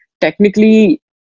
Technically